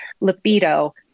libido